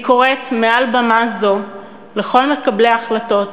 אני קוראת מעל במה זו לכל מקבלי ההחלטות,